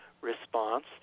response